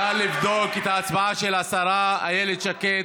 נא לבדוק את ההצבעה של השרה איילת שקד,